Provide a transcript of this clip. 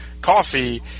coffee